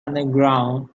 underground